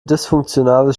dysfunktionales